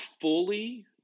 fully